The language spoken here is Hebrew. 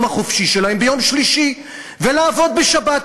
החופשי שלהם ביום שלישי ולעבוד בשבת.